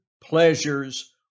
pleasures